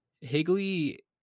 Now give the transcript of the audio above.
Higley